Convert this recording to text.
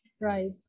right